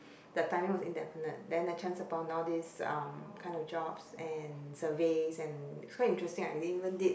the timing was indefinite then I chanced upon all these um kind of jobs and surveys and so interesting I even did